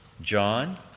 John